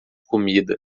comida